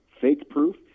fake-proof